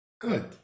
good